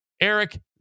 Eric